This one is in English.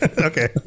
okay